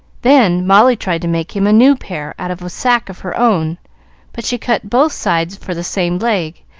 then molly tried to make him a new pair out of a sack of her own but she cut both sides for the same leg,